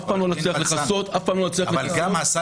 אף פעם לא נצליח לכסות לגמרי --- אבל סל